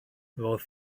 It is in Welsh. roedd